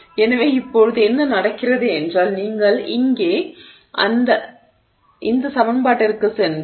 எனவே இப்போது என்ன நடக்கிறது என்றால் நீங்கள் இங்கே இந்த சமன்பாட்டிற்குச் சென்றால்